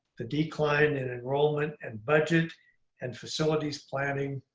the decline in enrollment and budget and facilities planning,